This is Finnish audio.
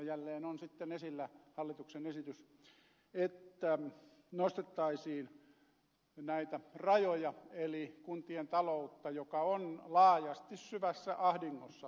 jälleen on sitten esillä hallituksen esitys jolla nostettaisiin näitä rajoja eli korjattaisiin kiinteistöveroa korottamalla kuntien taloutta joka on laajasti syvässä ahdingossa